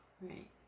Right